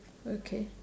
okay